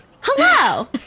Hello